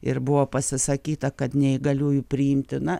ir buvo pasisakyta kad neįgaliųjų priimtina